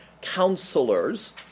counselors